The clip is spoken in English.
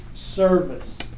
service